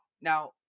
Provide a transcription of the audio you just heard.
Now